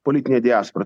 politinę diasporą